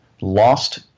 lost